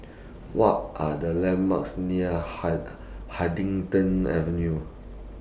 What Are The landmarks near hud Huddington Avenue